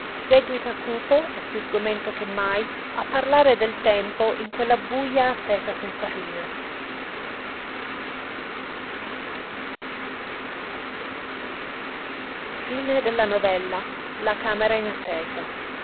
séguita cupo e piú sgomento che mai a parlare del tempo in quella buja attesa senza fine nelle società cosí